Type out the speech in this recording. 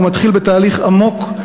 ומתחיל בתהליך עמוק,